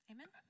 Amen